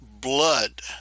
blood